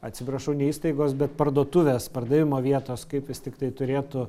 atsiprašau ne įstaigos bet parduotuvės pardavimo vietos kaip vis tiktai turėtų